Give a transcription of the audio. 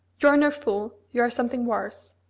you are no fool you are something worse.